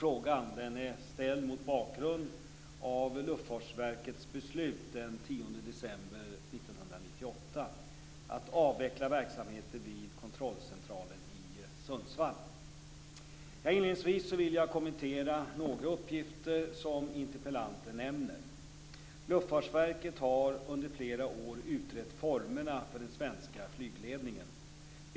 Frågan är ställd mot bakgrund av Inledningsvis vill jag kommentera några uppgifter som interpellanten nämner. Luftfartsverket har under flera år utrett formerna för den svenska flygledningen.